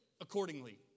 accordingly